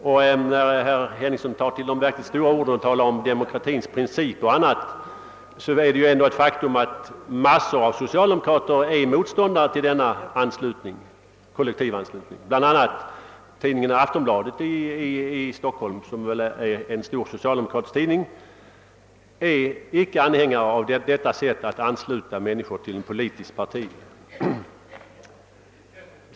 När herr Henningsson tar till de verkligt stora orden och talar om demokratins principer o.s.v. vill jag påpeka, att det ändå är ett faktum att mängder av socialdemokrater är motståndare till kolHlektivanslutningen. Till denna grupp hör bl.a. en stor socialdemokratisk tidning i Stockholm, nämligen Aftonbladet. Den är icke anhängare av det förekommande sättet att ansluta människor till ett politiskt parti.